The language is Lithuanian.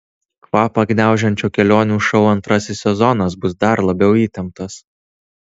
kvapą gniaužiančio kelionių šou antrasis sezonas bus dar labiau įtemptas